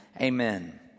Amen